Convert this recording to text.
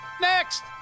Next